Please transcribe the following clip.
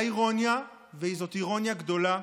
האירוניה, וזאת אירוניה גדולה,